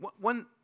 one